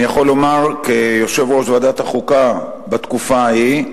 אני יכול לומר כיושב-ראש ועדת החוקה בתקופה ההיא,